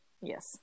Yes